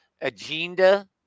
agenda